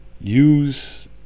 use